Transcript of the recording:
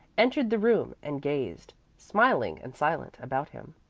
entered the room and gazed, smiling and silent, about him.